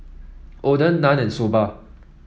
Oden Naan and Soba